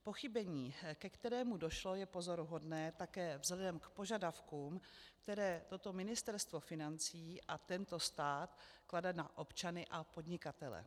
Pochybení, ke kterému došlo, je pozoruhodné také vzhledem k požadavkům, které toto Ministerstvo financí a tento stát klade na občany a podnikatele.